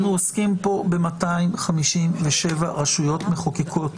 אנחנו עוסקים פה ב-257 רשויות מחוקקות,